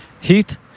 heat